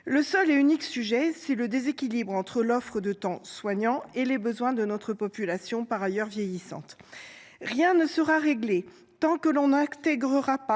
Le seul et unique sujet, c’est le déséquilibre entre l’offre de temps soignant et les besoins de notre population, par ailleurs vieillissante. Rien ne sera réglé tant que l’on n’intégrera pas